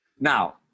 Now